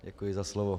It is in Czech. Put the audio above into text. Děkuji za slovo.